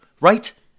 right